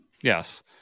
yes